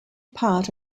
part